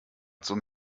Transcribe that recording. zum